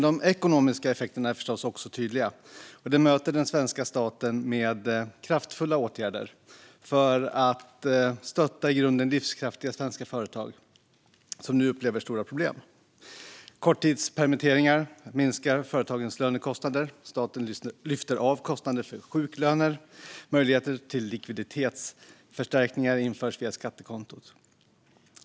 De ekonomiska effekterna är förstås också tydliga, och det möter den svenska staten med kraftfulla åtgärder för att stötta i grunden livskraftiga svenska företag som nu upplever stora problem. Korttidspermitteringar minskar företagens lönekostnader. Staten lyfter av kostnader för sjuklöner. Möjligheter till likviditetsförstärkningar införs via skattekontot.